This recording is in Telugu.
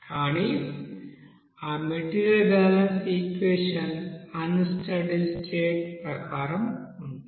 కానీ ఆ material balance equation on steady state ప్రకారం ఉంటుంది